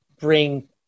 bring